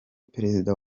perezida